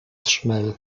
schnell